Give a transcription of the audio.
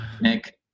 Nick